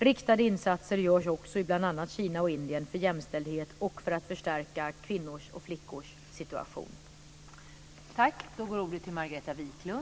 Riktade insatser görs också i bl.a. Kina och Indien för jämställdhet och för att förstärka kvinnors och flickors situation.